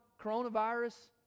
coronavirus